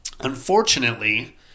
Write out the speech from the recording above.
Unfortunately